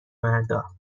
مردا